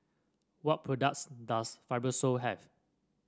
what products does Fibrosol have